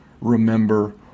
remember